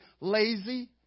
lazy